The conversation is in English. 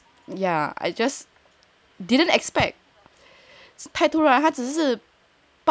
it was a yeah I just didn't expect 他只是突然了